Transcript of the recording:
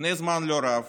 לפני זמן לא רב,